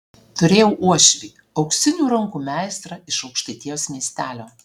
turėjau uošvį auksinių rankų meistrą iš aukštaitijos miestelio